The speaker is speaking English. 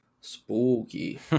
spooky